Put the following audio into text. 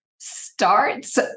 starts